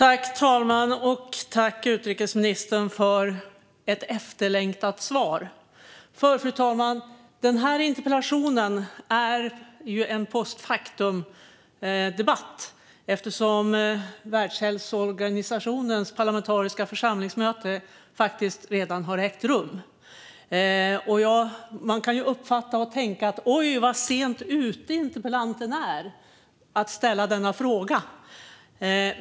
Fru talman! Tack, utrikesministern, för ett efterlängtat svar! Den här interpellationsdebatten sker post factum, fru talman, eftersom Världshälsoorganisationens parlamentariska möte redan har ägt rum. Man kan ju tänka: Oj, vad sent ute interpellanten är med att ställa denna fråga!